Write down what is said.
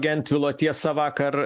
gentvilo tiesa vakar